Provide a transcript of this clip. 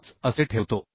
25 असे ठेवतो